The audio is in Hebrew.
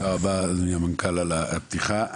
תודה רבה, אדוני המנכ"ל על הפתיחה.